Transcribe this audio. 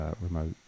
remote